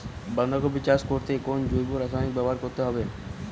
বাঁধাকপি চাষ করতে কোন জৈব রাসায়নিক ব্যবহার করতে হবে?